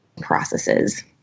processes